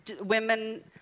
women